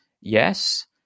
yes